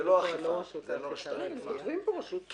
לא רשות האכיפה והגבייה.